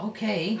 Okay